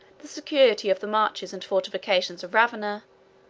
the security of the marches and fortifications of ravenna,